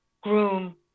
groom